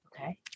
okay